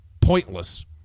pointless